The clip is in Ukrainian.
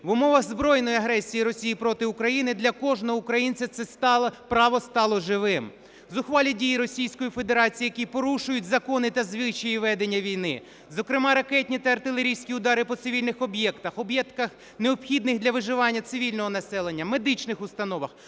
В умовах збройної агресії Росії проти України для кожного українця це право стало живим. Зухвалі дії Російської Федерації, які порушують закони та звичаї ведення війни, зокрема ракетні та артилерійські удари по цивільних об'єктах, об'єктах, необхідних для виживання цивільного населення, медичних установах,